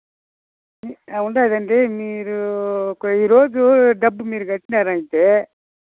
ఉందండి మీరు ఒ ఈ రోజు డబ్బు మీరు కట్టినారు అంటే